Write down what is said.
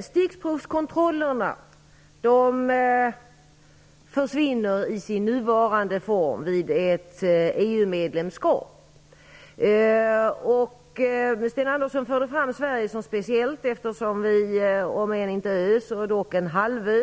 Stickprovskontroller försvinner i sin nuvarande form vid ett EU-medlemskap. Sten Andersson förde fram Sverige som speciellt, eftersom landet är om än inte en ö så dock en halvö.